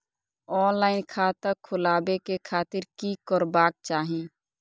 Online खाता खोलाबे के खातिर कि करबाक चाही?